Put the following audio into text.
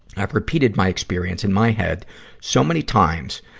i've repeated my experience in my head so many times,